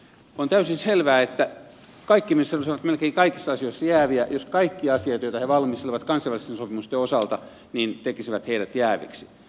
on täysin selvää että kaikki ministerit olisivat melkein kaikissa asioissa jäävejä jos kaikki asiat joita he valmistelevat kansainvälisten sopimusten osalta tekisivät heidät jääveiksi